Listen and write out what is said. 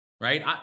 right